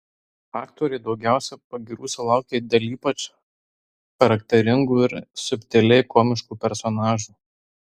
aktoriai daugiausiai pagyrų sulaukia dėl ypač charakteringų ir subtiliai komiškų personažų